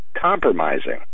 compromising